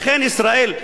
לכן ישראל,